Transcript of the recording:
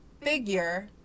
figure